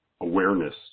awareness